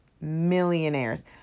millionaires